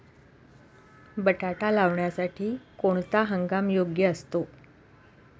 बटाटा लावण्यासाठी कोणता हंगाम योग्य असतो?